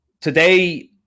Today